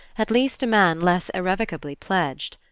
at least a man less irrevocably pledged.